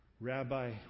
rabbi